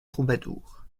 troubadours